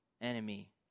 enemy